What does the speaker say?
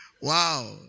Wow